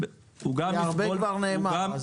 תקצר כי הרבה כבר נאמר.